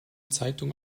zeitung